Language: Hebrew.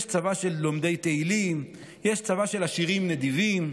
יש צבא של לומדי תהילים, יש צבא של עשירים נדיבים.